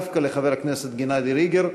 דווקא לחבר הכנסת גנדי ריגר,